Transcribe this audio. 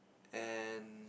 and